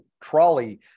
trolley